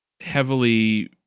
heavily